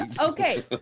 Okay